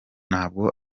ntabwo